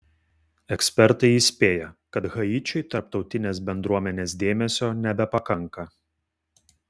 ekspertai įspėja kad haičiui tarptautinės bendruomenės dėmesio nebepakanka